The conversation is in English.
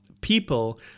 people